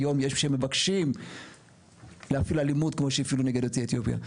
יש שמבקשים להפעיל אלימות כמו שהפעילו נגד יוצאי אתיופיה.